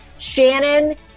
Shannon